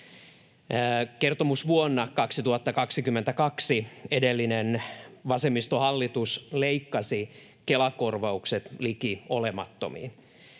Kertomusvuonna 2022 edellinen hallitus, vasemmistohallitus, leikkasi Kela-korvaukset liki olemattomiin.